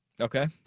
Okay